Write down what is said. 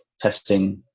testing